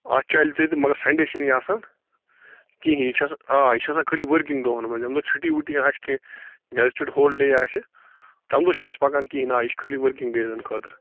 اَتھ چَلہِ تہٕ مگر سنٛڈے چھِنہٕ یہِ آسان کِہیٖنٛۍ یہِ چھِ آسان آ یہِ چھِ آسان خٲلی ؤرکِنٛگ دۄہن منٛز ییٚمہِ دۄہ چھُٹی وُٹی آسہِ کیٚنٛہہ گیزٹِڈ ہولِڈے آسہِ تَمہِ دۄہ چھِنہٕ أسۍ پَکان کِہیٖنٛۍ آ یہِ چھِ خٲلی ؤرکِنٛگ ڈیزن خٲطرٕ